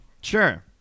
Sure